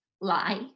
lie